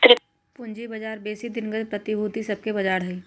पूजी बजार बेशी दिनगत प्रतिभूति सभके बजार हइ